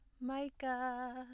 Micah